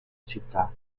città